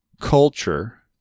culture